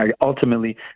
ultimately